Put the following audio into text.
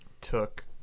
took